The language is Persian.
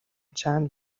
چند